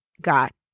got